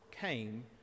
came